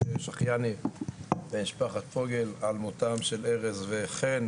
שחייני ולמשפחת פוגל על מותם של ארז וחן,